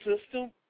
system